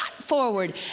forward